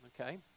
okay